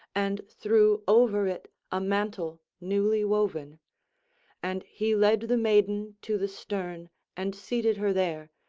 and threw over it a mantle newly-woven and he led the maiden to the stern and seated her there,